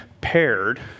paired